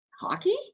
hockey